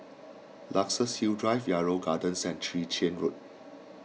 Luxus Hill Drive Yarrow Gardens and Chwee Chian Road